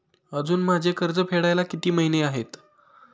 अजुन माझे कर्ज फेडायला किती महिने आहेत?